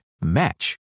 match